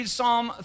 Psalm